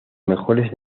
mejores